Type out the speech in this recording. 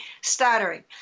stuttering